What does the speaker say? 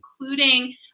including